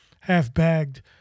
half-bagged